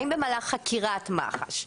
האם במהלך חקירת מח"ש,